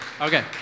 Okay